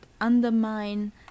undermine